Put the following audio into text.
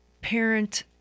parent